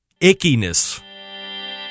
ickiness